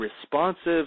responsive